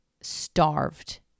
starved